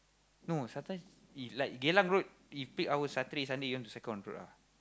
no sometimes if like Geylang Road if peak hour Saturday Sunday you want to cycle on the road ah